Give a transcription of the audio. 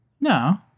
No